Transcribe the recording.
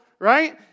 right